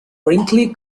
brinkley